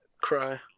cry